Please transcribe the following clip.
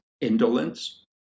indolence